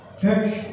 Church